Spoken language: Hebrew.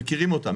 מכירים אותם,